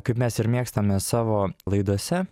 kaip mes ir mėgstame savo laidose